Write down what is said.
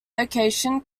location